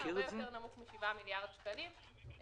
הרבה יותר נמוך מ-7 מיליארד שקלים.